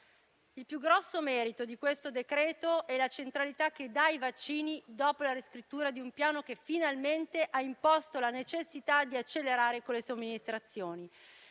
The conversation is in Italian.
Il più grande merito di questo decreto è la centralità che dà ai vaccini dopo la riscrittura di un piano che finalmente ha imposto la necessità di accelerare con le somministrazioni.